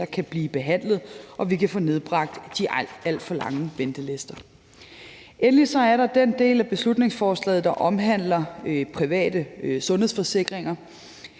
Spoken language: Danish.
kan blive behandlet og vi kan få nedbragt de alt for lange ventelister. Kl. 11:19 Endelig er der den del af beslutningsforslaget, der omhandler private sundhedsforsikringer.